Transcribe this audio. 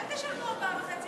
אדוני היושב-ראש,